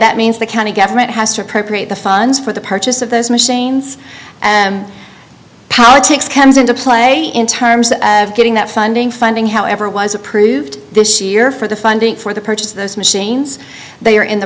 that means the county government has to appropriate the funds for the purchase of those machines politics comes into play in terms of getting that funding finding however was approved this year for the funding for the purchase of those machines they are in the